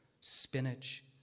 spinach